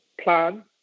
plan